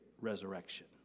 resurrection